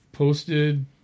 Posted